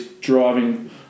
driving